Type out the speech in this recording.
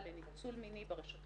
לפרקליט המדינה לעניינים פליליים לבצע